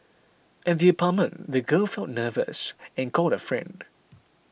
at the apartment the girl felt nervous and called a friend